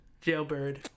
Jailbird